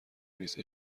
نیست